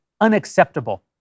unacceptable